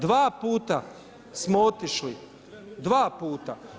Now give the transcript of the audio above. Dva puta smo otišli, dva puta.